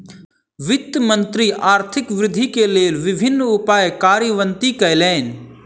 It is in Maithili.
वित्त मंत्री आर्थिक वृद्धि के लेल विभिन्न उपाय कार्यान्वित कयलैन